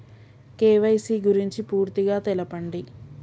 KYC గురించి పూర్తిగా తెలపండి?